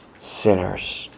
sinners